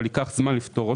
אבל ייקח זמן לפתור.